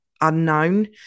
unknown